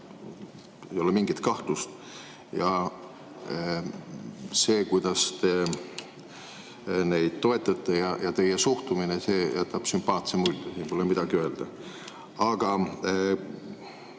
ei ole mingit kahtlust. Ja see, kuidas te neid toetate ja sellesse suhtute, jätab sümpaatse mulje, siin pole midagi öelda. Aga